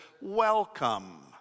welcome